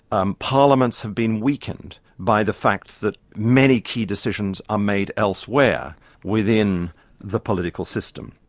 um parliaments have been weakened by the fact that many key decisions are made elsewhere within the political system.